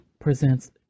presents